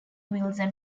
wilson